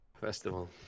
Festival